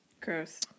Gross